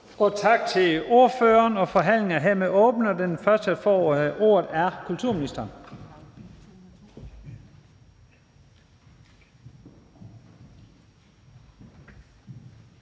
Tak til ordføreren. Forhandlingen er hermed åbnet, og den første, der får ordet, er kulturministeren.